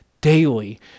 daily